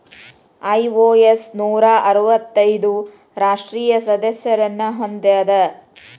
IOS ನೂರಾ ಅರ್ವತ್ತೈದು ರಾಷ್ಟ್ರೇಯ ಸದಸ್ಯರನ್ನ ಹೊಂದೇದ